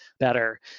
better